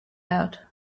out